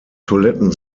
toiletten